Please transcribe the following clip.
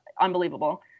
unbelievable